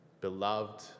beloved